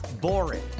boring